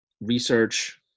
research